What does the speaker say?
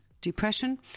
depression